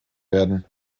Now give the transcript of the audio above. werden